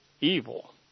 evil